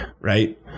right